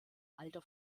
alter